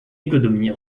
économie